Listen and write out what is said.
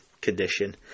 condition